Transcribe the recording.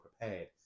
prepared